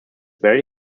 very